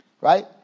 Right